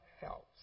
helps